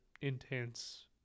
intense